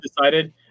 decided